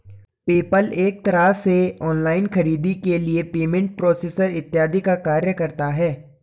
PayPal एक तरह से ऑनलाइन खरीदारी के लिए पेमेंट प्रोसेसर इत्यादि का कार्य करता है